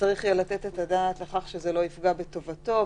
וצריך יהיה לתת את הדעת לכך שזה לא יפגע בטובתו.